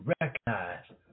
recognize